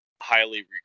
highly